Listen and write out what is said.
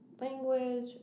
language